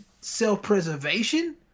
self-preservation